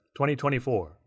2024